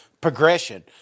progression